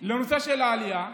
זה הנושא של העלייה.